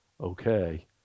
okay